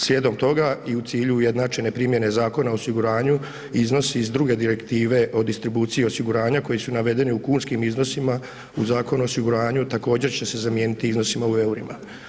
Slijedom toga i u cilju ujednačene primjene Zakona o osiguranju, iznosi iz druge direktive o distribuciji osiguranja koji su navedeni u kunskim iznosima u Zakonu o osiguranju, također će se zamijeniti iznosima u eurima.